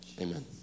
Amen